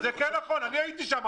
זה כן נכון, אני הייתי שם.